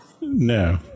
No